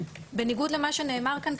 בניגוד למה שנאמר כאן,